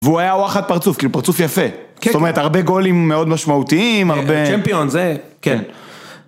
והוא היה וואחד פרצוף, כאילו פרצוף יפה. זאת אומרת, הרבה גולים מאוד משמעותיים, הרבה... צ'מפיון, זה... כן.